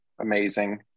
amazing